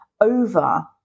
over